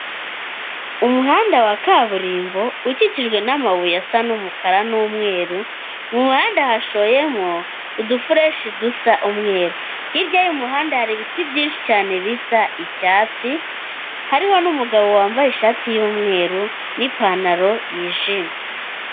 Umuhanda wa kaburimbo ukikijwe n'amabuye asa n'umukara n'umweru, mu muhanda hashoyemo udufureshi dusa umweru. Hirya y'umuhanda hari ibiti byinshi cyane bisa icyatsi, hariho n'umugabo wambaye ishati y'umweru n'pantaro yijimye.